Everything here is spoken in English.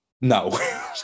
no